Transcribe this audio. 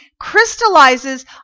crystallizes